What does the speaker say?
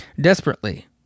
Desperately